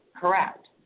Correct